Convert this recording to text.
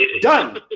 done